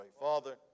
Father